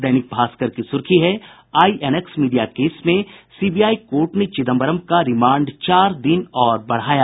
दैनिक भास्कर की सुर्खी है आईएनएक्स मीडिया केस में सीबीआई कोर्ट ने चिदम्बरम का रिमांड चार दिन और बढ़ाया